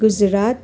Gujarat